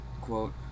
quote